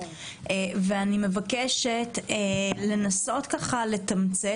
ואני מבקשת לנסות לתמצת.